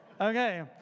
Okay